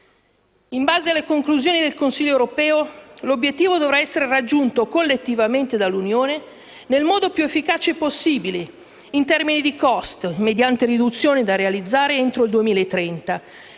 In base alle conclusioni del Consiglio europeo, l'obiettivo dovrà essere raggiunto collettivamente dall'Unione nel modo più efficace possibile, in termini di *cost*, mediante riduzioni delle emissioni